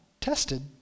tested